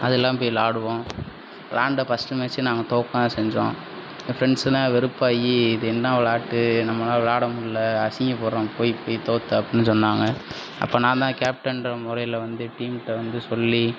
அதலாம் போய் விளாடுவோம் விளாண்ட ஃபஸ்ட்டு மேட்ச்சே நாங்கள் தோற்கதான் செஞ்சோம் என் ஃபிரெண்ட்ஸுலாம் வெறுப்பாகி இது என்ன விளாட்டு நம்மளால் விளாட முடில அசிங்கப்படுறோம் போய் போய் தோற்று அப்பிடின்னு சொன்னாங்க அப்போ நான்தான் கேப்டன்கிற முறையில் வந்து டீம்கிட்ட வந்து சொல்லி